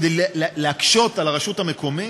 כדי להקשות על הרשות המקומית,